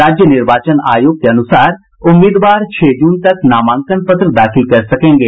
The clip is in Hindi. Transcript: राज्य निर्वाचन आयोग के अनुसार उम्मीदवार छह जून तक नामांकन पत्र दाखिल कर सकेंगे